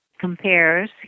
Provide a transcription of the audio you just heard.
compares